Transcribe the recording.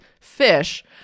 fish